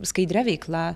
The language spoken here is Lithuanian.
skaidria veikla